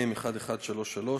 מ/1133,